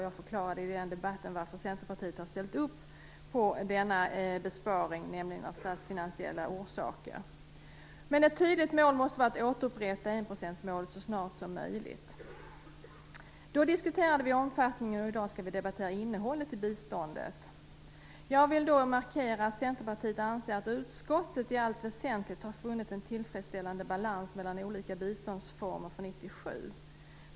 Jag förklarade i debatten varför Centerpartiet har ställt upp på denna besparing, nämligen av statsfinansiella orsaker. Ett tydligt mål måste vara att återupprätta enprocentsmålet så snart som möjligt. Den 22 november diskuterade vi omfattningen, och i dag skall vi debattera innehållet i biståndet. Jag vill markera att Centerpartiet anser att utskottet i allt väsentligt har funnit en tillfredsställande balans mellan olika biståndsformer för 1997.